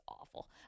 awful